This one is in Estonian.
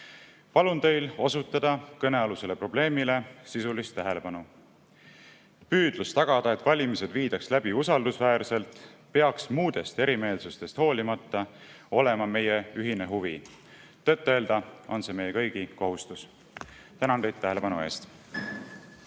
Palun teil osutada kõnealusele probleemile sisulist tähelepanu. Püüdlus tagada, et valimised viidaks läbi usaldusväärselt, peaks muudest erimeelsustest hoolimata olema meie ühine huvi, tõtt-öelda on see meie kõigi kohustus. Tänan teid tähelepanu eest!